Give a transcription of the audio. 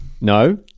No